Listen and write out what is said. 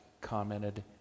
commented